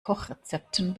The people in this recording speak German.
kochrezepten